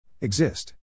Exist